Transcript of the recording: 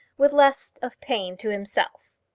with less of pain to himself.